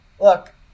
look